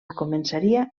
començaria